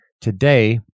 today